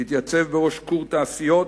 והתייצב בראש "כור תעשיות",